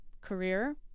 Career